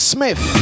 Smith